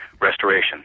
restoration